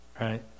right